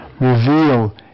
Reveal